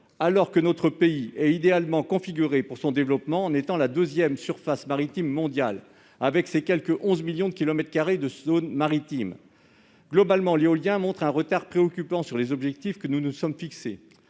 Danois ! Notre pays est pourtant idéalement configuré pour son développement, puisqu'il possède la deuxième surface maritime mondiale, avec quelque 11 millions de kilomètres carrés de zone maritime. Globalement, l'éolien montre un retard préoccupant sur les objectifs que nous nous sommes fixés.